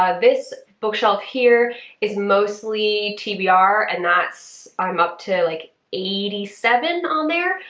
ah this bookshelf here is mostly tbr and that's i'm up to like eighty seven on there,